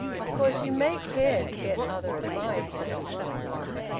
of course you may care to get other advice, the doctor went on.